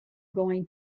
going